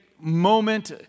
moment